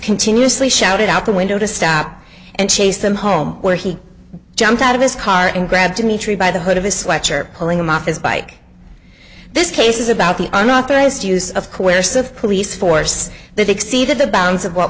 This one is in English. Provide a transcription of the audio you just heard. continuously shouted out the window to stop and chased them home where he jumped out of his car and grabbed dmitri by the hood of his sweatshirt pulling him off his bike this case is about the unauthorized use of coercive police force that exceeded the bounds of what